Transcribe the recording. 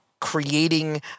creating